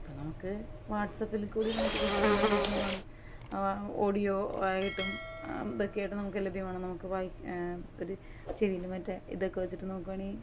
ഇപ്പോൾ നമുക്ക് വാട്സപ്പിൽ കൂടി നമുക്ക് പുസ്തകങ്ങൾ ലഭ്യമാണ് ഓഡിയോ ആയിട്ടും ഇതൊക്കെയായിട്ടും നമുക്ക് ലഭ്യമാണ് നമുക്ക് വായിക്കാൻ ഒരു ചെവിയിൽ മറ്റേ ഇതൊക്കെ വച്ചിട്ട് നമുക്ക് വേണമെങ്കിൽ